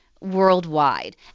worldwide